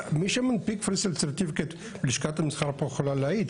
מי שמנפיק Presale certificate לשכת המסחר פה יכולה להעיד,